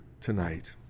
tonight